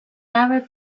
arab